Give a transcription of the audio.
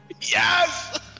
Yes